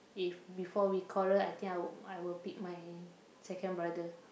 if before we quarrel I think I will I will pick my second brother